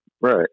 Right